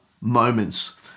moments